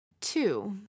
Two